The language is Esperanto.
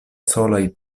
solaj